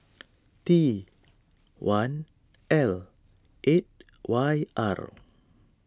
T one L eight Y R